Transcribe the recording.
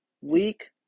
week